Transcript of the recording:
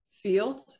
field